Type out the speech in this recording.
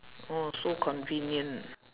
oh so convenient